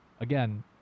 again